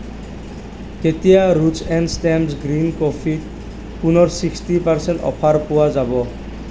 কেতিয়া roots and stems green কফিত পুনৰ ছিক্সটি পাৰ্চেণ্ট অফাৰ পোৱা যাব